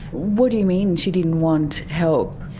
what do you mean she didn't want help?